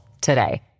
today